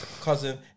cousin